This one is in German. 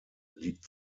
liegt